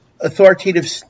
authoritative